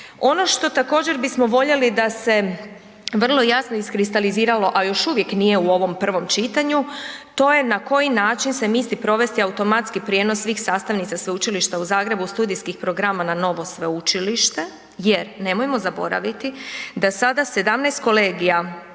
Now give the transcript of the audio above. Ono što također bismo voljeli da se vrlo jasno iskristaliziralo, a još uvijek nije u ovom prvom čitanju, to je na koji način se misli provesti automatski prijenos svih sastavnica Sveučilišta u Zagrebu, studijskih programa na novo sveučilište? Jer, nemojmo zaboraviti da sada 17 kolegija,